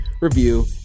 review